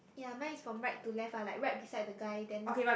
ya mine is from right to left like right beside the guy then